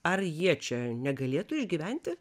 ar jie čia negalėtų išgyventi